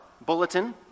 bulletin